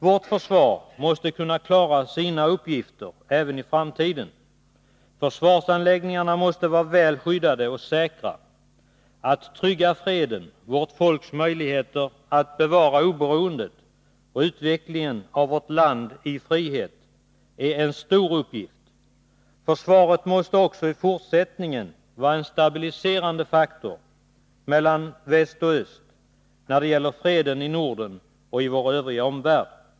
Vårt försvar måste kunna klara sina uppgifter även i framtiden. Försvarsanläggningarna måste vara väl skyddade och säkra. Att trygga freden, vårt folks möjligheter att bevara oberoendet och utvecklingen av vårt land i frihet är en stor uppgift. Försvaret måste också i fortsättningen vara en stabiliserande faktor mellan väst och öst när det gäller freden i Norden och i vår övriga omvärld.